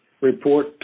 report